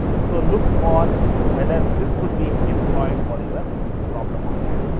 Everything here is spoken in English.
so, look for whether this could be employed for your problem on hand.